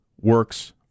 works